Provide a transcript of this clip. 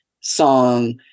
song